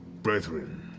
brethren,